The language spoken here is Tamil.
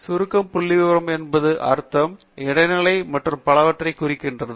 சுருக்கம் புள்ளிவிவரம் என்பது அர்த்தம் இடைநிலை மற்றும் பலவற்றைக் குறிக்கிறது